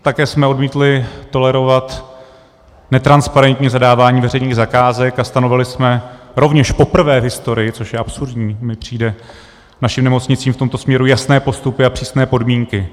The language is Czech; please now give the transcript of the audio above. Také jsme odmítli tolerovat netransparentní zadávání veřejných zakázek a stanovili jsme rovněž poprvé v historii, což je absurdní, mi přijde, našim nemocnicím v tomto směru jasné postupy a přísné podmínky.